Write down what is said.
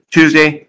Tuesday